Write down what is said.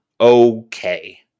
okay